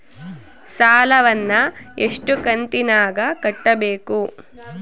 ಸಾಲವನ್ನ ಎಷ್ಟು ಕಂತಿನಾಗ ಕಟ್ಟಬೇಕು?